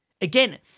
again